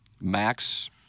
Max